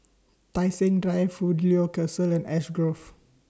Tai Seng Drive Fidelio and Ash Grove